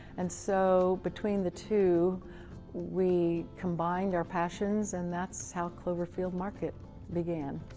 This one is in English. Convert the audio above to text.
and so, between the two we combined our passions, and that's how cloverfield market began.